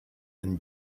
and